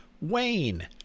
Wayne